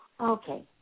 Okay